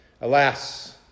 alas